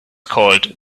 called